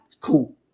Cool